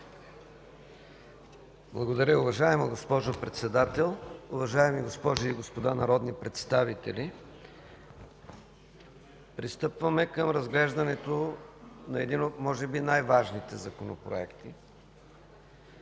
Благодаря. Уважаема госпожо Председател, уважаеми госпожи и господа народни представители! Пристъпваме към разглеждането на един от може би най-важните законопроекти.